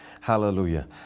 Hallelujah